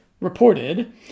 reported